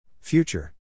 Future